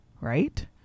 right